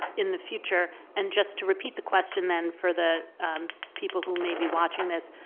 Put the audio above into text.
in the future. and just to repeat the question then for the people who may be watching this,